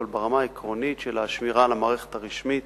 ברמה העקרונית של השמירה על המערכת הרשמית